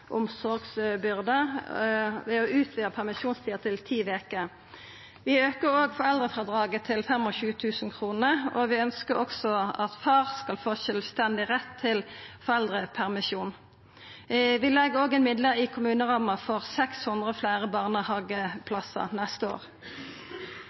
omsorgsbyrde, ved å utvida permisjonstida til ti veker. Vi aukar foreldrefrådraget til 25 000 kr, og vi ønskjer at far skal få sjølvstendig rett til foreldrepermisjon. Vi legg òg inn midlar i kommuneramma til 600 fleire barnehageplassar neste år. Mange barn og